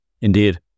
Indeed